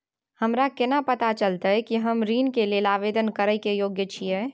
हमरा केना पता चलतई कि हम ऋण के लेल आवेदन करय के योग्य छियै?